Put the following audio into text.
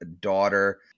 daughter